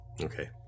Okay